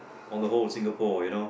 on a whole of Singapore you know